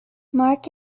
mark